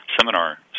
seminar